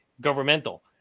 governmental